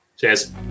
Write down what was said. Cheers